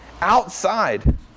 outside